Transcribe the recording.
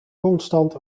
constant